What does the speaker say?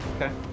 Okay